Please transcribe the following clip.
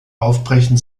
aufbrechen